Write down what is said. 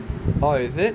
orh is it